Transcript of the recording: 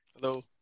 Hello